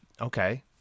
okay